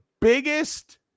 biggest